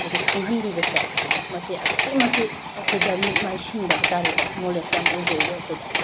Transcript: ꯍꯥꯏꯗꯤ ꯈꯪꯍꯟꯕꯤꯕꯁꯦ ꯃꯁꯦ ꯑꯁꯨꯛꯀꯤ ꯃꯇꯤꯛ ꯑꯩꯈꯣꯏꯗ ꯃꯤꯠ ꯃꯥꯏ ꯁꯤꯡꯕ ꯍꯥꯏꯇꯔꯦꯀꯣ ꯅꯧꯂꯦꯖ ꯌꯥꯝ ꯑꯣꯏꯖꯩꯌꯦꯕ ꯑꯩꯈꯣꯏꯗ